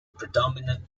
predominant